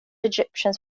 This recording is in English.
egyptians